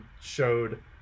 showed